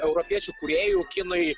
europiečių kūrėjų kinui